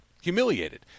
humiliated